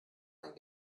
einen